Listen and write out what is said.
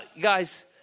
guys